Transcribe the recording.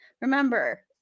remember